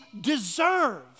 deserve